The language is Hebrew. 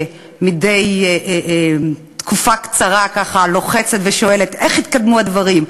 שמדי תקופה קצרה לוחצת ושואלת: איך התקדמו הדברים?